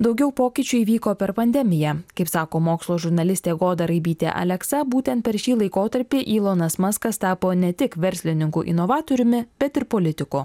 daugiau pokyčių įvyko per pandemiją kaip sako mokslo žurnalistė goda raibytė aleksa būtent per šį laikotarpį ylonas maskas tapo ne tik verslininku inovatoriumi bet ir politiku